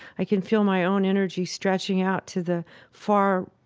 i can feel my own energy stretching out to the far